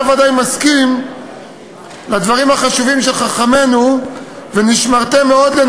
אתה בוודאי מסכים לדברים החשובים של חכמינו: ונשמרתם מאוד לנפשותיכם.